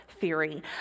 theory